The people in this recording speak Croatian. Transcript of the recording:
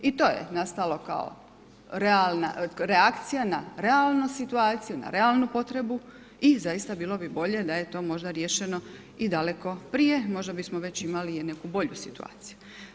I to je nastalo kao reakcija n realnu situaciju, na realnu potrebu i zaista bilo bi bolje da je to možda riješeno i daleko prije, možda bismo već imali i neku bolju situaciju.